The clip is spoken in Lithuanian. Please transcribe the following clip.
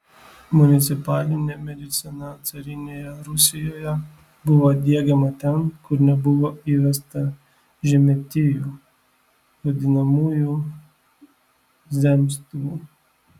municipalinė medicina carinėje rusijoje buvo diegiama ten kur nebuvo įvesta žemietijų vadinamųjų zemstvų